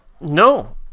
no